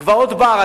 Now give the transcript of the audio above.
גבעות-בר,